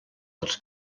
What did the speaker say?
dels